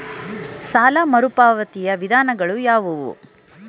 ಸಾಲ ಮರುಪಾವತಿಯ ವಿಧಾನಗಳು ಯಾವುವು?